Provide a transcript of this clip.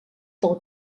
del